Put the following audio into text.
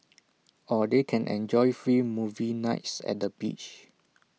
or they can enjoy free movie nights at the beach